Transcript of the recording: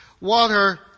Water